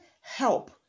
help